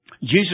Jesus